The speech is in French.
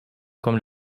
comme